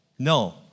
No